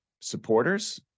supporters